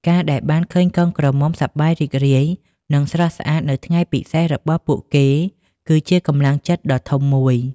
ការដែលបានឃើញកូនក្រមុំសប្បាយរីករាយ និងស្រស់ស្អាតនៅថ្ងៃពិសេសរបស់ពួកគេ គឺជាកម្លាំងចិត្តដ៏ធំមួយ។